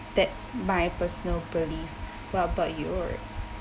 that's my personal belief what about yours